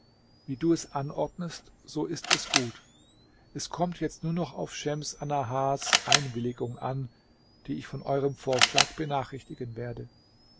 wie du es anordnest so ist es gut es kommt jetzt nur noch auf schems annahars einwilligung an die ich von eurem vorschlag benachrichtigen werde